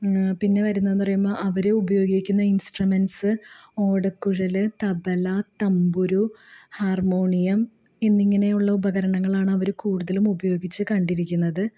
പിന്നെ വരുന്നേന്ന് പറയുമ്പോള് അവര് ഉപയോഗിക്കുന്ന ഇൻസ്ട്രുമെൻറ്റ്സ്സ് ഓടക്കുഴല് തബല തമ്പുരു ഹാർമോണിയം എന്നിങ്ങനെയുള്ള ഉപകരണങ്ങൾ ആണ് അവര് കൂടുതലും ഉപയോഗിച്ച് കണ്ടിരിക്കുന്നത്ത്